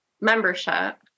membership